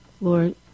Lord